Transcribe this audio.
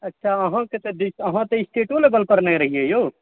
अच्छा अहाँके तऽ डिस अहाँ तऽ स्टेटो लेवेलपर नऽ रहिए नहि यौ